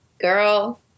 girl